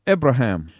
Abraham